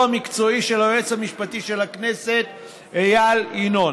המקצועי של היועץ המשפטי של הכנסת איל ינון.